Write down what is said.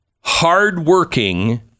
hardworking